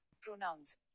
pronouns